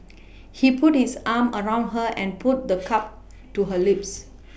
he put his arm around her and put the cup to her lips